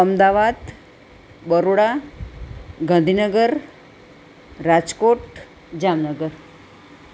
Ahmedabad Baroda Gandhinagar Rajkot Jamnagar